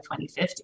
2050